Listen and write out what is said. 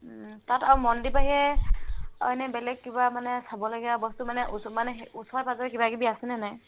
তাত আৰু মন্দিৰৰ বাহিৰে আৰু এনেই বেলেগ কিবা মানে চাবলগীয়া বস্তু মানে মানে সেই ওচৰে পাজৰে কিবা কিবি আছেনে নাই